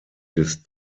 des